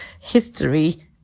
history